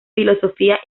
filosofía